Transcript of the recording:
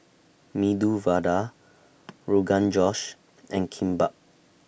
Medu Vada Rogan Josh and Kimbap